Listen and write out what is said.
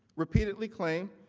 repeatedly claim,